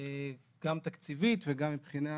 גם תקציבית וגם מבחינה